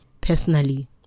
personally